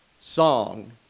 song